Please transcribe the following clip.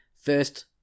first